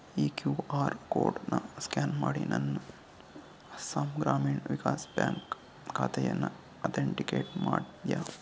ಈ Q R ಕೋಡ್ನ scan ಮಾಡಿ ನನ್ನ ಅಸ್ಸಾಂ ಗ್ರಾಮೀಣ ವಿಕಾಸ್ ಬ್ಯಾಂಕ್ ಖಾತೆಯನ್ನ ಅತೆಂಟಿಕೇಟ್ ಮಾಡ್ತಿಯ